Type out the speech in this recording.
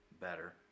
better